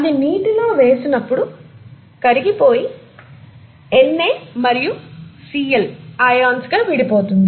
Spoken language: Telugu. అది నీటిలో వేసినప్పుడు కరిగిపోయి Na మరియు Cl ఆయాన్స్ గా విడిపోతుంది